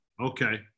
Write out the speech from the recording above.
Okay